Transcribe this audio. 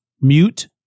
mute